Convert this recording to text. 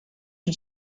ils